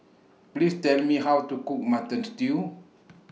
Please Tell Me How to Cook Mutton Stew